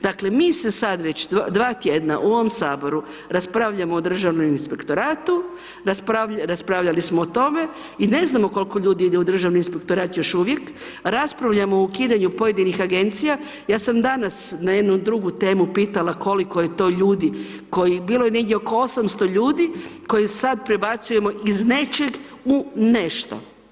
Dakle mi sad već dva tjedna u ovom Saboru raspravljamo o Državnom inspektoratu, raspravljali smo o tome i ne znamo koliko ljudi ide u Državni inspektorat još uvijek, raspravljamo o ukidanju pojedinih agencija, ja sam danas na jednu drugu temu pitala koliko je to ljudi, bilo je negdje oko 800 ljudi koje sad prebacujemo iz nečeg u nešto.